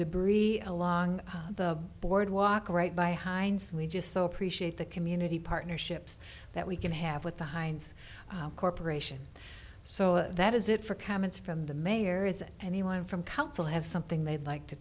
debris along the boardwalk right by heinz we just so appreciate the community partnerships that we can have with the heinz corporation so that is it for comments from the mayor is anyone from council have something they'd like to